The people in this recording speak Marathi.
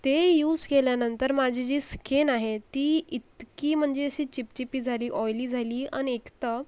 ते यूज केल्यानंतर माझी जी स्किन आहे ती इतकी म्हणजे अशी चिपचिपी झाली ऑईली झाली आणि एक तर